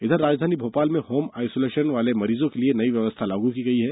इधर राजधानी भोपाल में होम आइसोलेशन वाले मरीजों के लिए नई व्यवस्था लागू की गई है